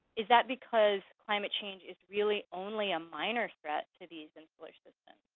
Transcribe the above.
is that because climate change is really only a minor threat to these insular systems?